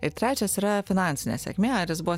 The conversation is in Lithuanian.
ir trečias yra finansinė sėkmė ar jis buvo